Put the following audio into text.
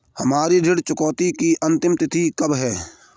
हमारी ऋण चुकाने की अंतिम तिथि कब है?